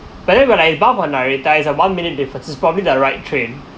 but then when I bound for narita it's a one minute difference probably the right train